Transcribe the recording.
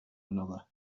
another